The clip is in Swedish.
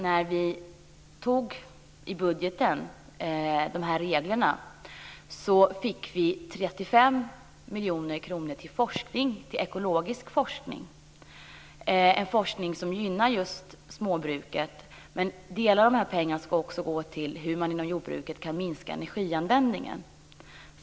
När vi i budgeten antog de här reglerna fick vi 35 miljoner kronor till ekologisk forskning, en forskning som gynnar just småbruket. Delar av pengarna ska också gå till att undersöka hur man inom jordbruket kan minska energianvändningen.